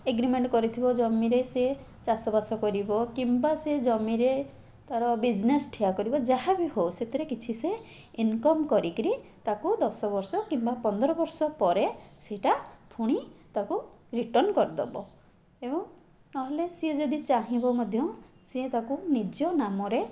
agreement କରିଥିବ ଜମିରେ ସିଏ ଚାଷବାସ କରିବ କିମ୍ବା ସେ ଜମିରେ ତାର ବିଜନେସ ଠିଆ କରିବ ଯାହା ବି ହେଉ ସେଥିରେ କିଛି ସିଏ ଇନକମ କରିକିରି ତାକୁ ଦଶବର୍ଷ କିମ୍ବା ପନ୍ଦରବର୍ଷ ପରେ ସେଇଟା ଫୁଣି ତାକୁ ରିଟନ କରିଦେବ ଏବଂ ନହେଲେ ସିଏ ଯଦି ଚାହିଁବ ମଧ୍ୟ ସିଏ ତାକୁ ନିଜ ନାମରେ